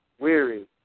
Weary